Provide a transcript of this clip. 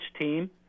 team